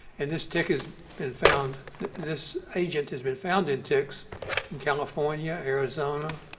and this tick has been found this agent has been found in ticks in california, arizona,